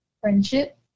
Friendship